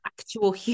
Actual